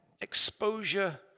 exposure